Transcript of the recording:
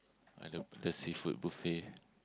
uh the the seafood buffet